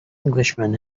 englishman